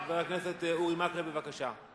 חבר הכנסת אורי מקלב, בבקשה.